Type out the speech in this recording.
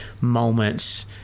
moments